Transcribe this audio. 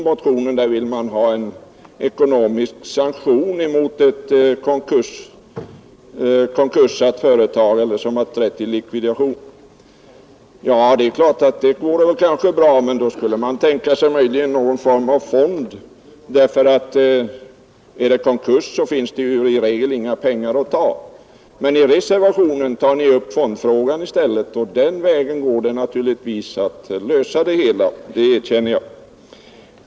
Motionärerna vill vidta ekonomiska sanktioner mot de företag som har trätt i likvidation, och det vore kanske bra. Men då fick man också tänka sig att ha en fond av något slag, ty i ett företag som gjort konkurs finns i regel inga pengar att ta ut. I reservationen tar ni däremot upp fondfrågan, och på den vägen går det givetvis att lösa problemet, det erkänner jag.